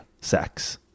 sex